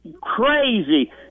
crazy